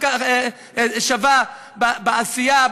הזדמנות שווה בעשייה,